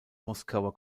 moskauer